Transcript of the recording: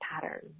pattern